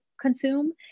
consume